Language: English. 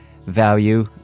value